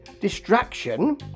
distraction